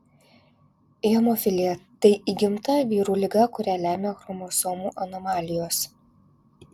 hemofilija tai įgimta vyrų liga kurią lemia chromosomų anomalijos